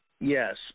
Yes